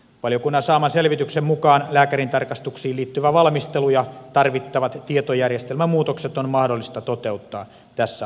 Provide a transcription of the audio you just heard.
valiokunnan saaman selvityksen mukaan lääkärintarkastuksiin liittyvä valmistelu ja tarvittavat tietojärjestelmämuutokset on mahdollista toteuttaa tässä aikataulussa